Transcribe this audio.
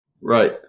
Right